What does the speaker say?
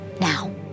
now